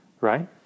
Right